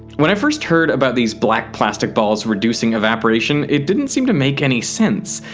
when i first heard about these black plastic balls reducing evaporation, it didn't seem to make any sense.